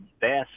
best